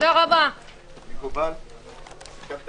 הישיבה